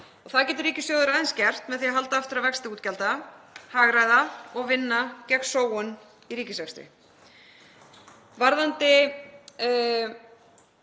Það getur ríkissjóður aðeins gert með því að halda aftur af vexti útgjalda, hagræða og vinna gegn sóun í ríkisrekstri.